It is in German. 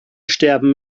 sterben